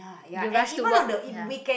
they rush to work ya